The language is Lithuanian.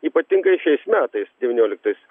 ypatingai šiais metais devynioliktais